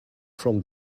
from